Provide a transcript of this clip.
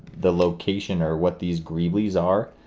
the location or what these greeblies are,